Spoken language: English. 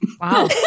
Wow